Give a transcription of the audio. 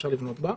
אפשר לבנות,